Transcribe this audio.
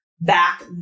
back